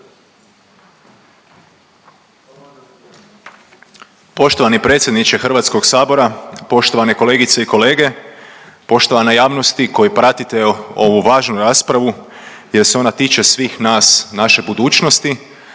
Poštovani predsjedniče HS, poštovane kolegice i kolege, poštovana javnosti koji pratite ovu važnu raspravu jer se ona tiče svih nas i naše budućnosti.